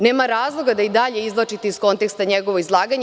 Nema razloga da i dalje izvlačite iz konteksta njegovo izlaganje.